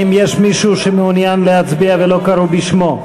האם יש מישהו שמעוניין להצביע ולא קראו בשמו?